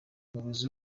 umuyobozi